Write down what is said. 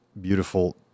beautiful